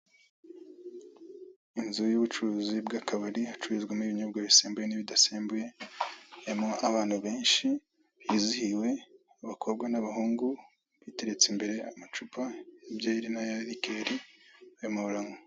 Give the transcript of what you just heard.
Inzu y'ubucuruzi bw'akabari hacururizwamo ibinyobwa bisembuye n'ibidasembuye, harimo abantu benshi bizihiwe b'abakobwa n'abahungu, biteretse imbere amacupa ya byeri n'aya likeri, barimo baranywa.